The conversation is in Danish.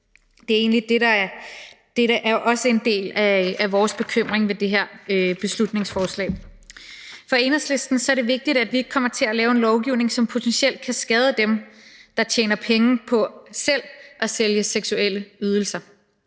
det, der er en del af vores bekymring ved det her beslutningsforslag. For Enhedslisten er det vigtigt, at vi ikke kommer til at lave en lovgivning, som potentielt kan skade dem, der tjener penge på selv at sælge seksuelle ydelser.